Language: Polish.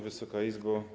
Wysoka Izbo!